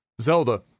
Zelda